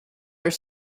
are